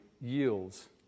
yields